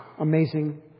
amazing